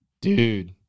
Dude